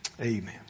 amen